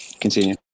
continue